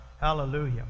Hallelujah